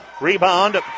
Rebound